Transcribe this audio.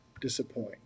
disappoint